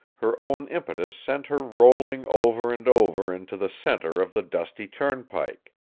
her own impetus sent her rolling over and over into the center of the dusty turnpike.